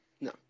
No